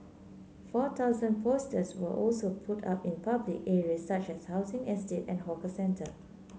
four thousand posters were also put up in public areas such as housing estate and hawker centre